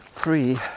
three